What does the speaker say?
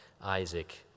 Isaac